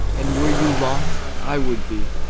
and were you lost, i would be,